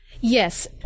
Yes